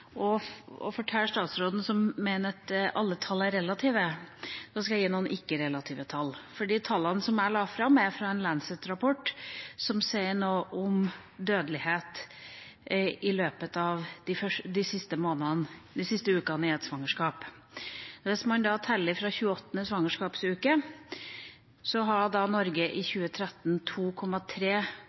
statsråden, som mener at alle tall er relative. Da skal jeg gi noen ikke-relative tall. De tallene som jeg la fram, er fra en Lancet-rapport som sier noe om dødelighet i løpet av de siste ukene i et svangerskap. Hvis man teller fra 28. svangerskapsuke, er det i Norge i 2013 2,3